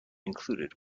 included